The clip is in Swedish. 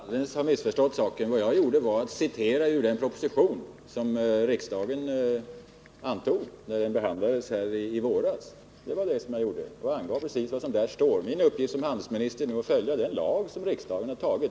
Herr talman! Herr Måbrink tycks alldeles ha missförstått saken. Vad jag gjorde var att citera ur den proposition, som riksdagen antog i våras. Jag angav precis vad som där står. Min uppgift som handelsminister är att följa den lag som riksdagen fattat beslut om.